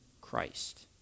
Christ